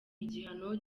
igihano